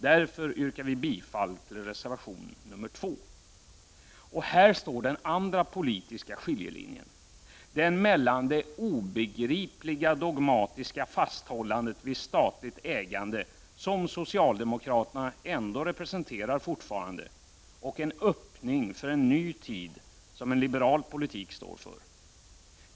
Därför yrkar vi bifall till reservation 2. Här går den andra politiska skiljelinjen — den mellan det obegripliga dogmatiska fasthållandet vid statligt ägande som socialdemokraterna ändå fortfarande representerar och en öppning för en ny tid som en liberal politik står för.